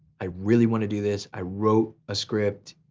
i really wanna do this. i wrote a script,